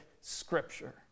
Scripture